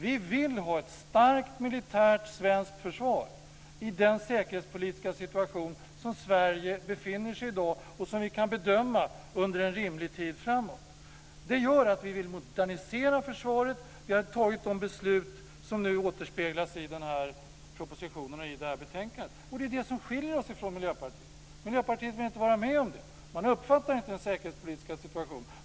Vi vill ha ett starkt militärt svenskt försvar i den säkerhetspolitiska situation som Sverige befinner sig i i dag och som vi kan bedöma under en rimlig tid framöver. Det gör att vi vill modernisera försvaret. Vi har fattat de beslut som nu återspeglas i propositionen och i betänkandet. Det är det som skiljer oss från Miljöpartiet. Miljöpartiet vill inte vara med om det. Man uppfattar inte den säkerhetspolitiska situationen.